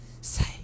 Say